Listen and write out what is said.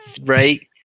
right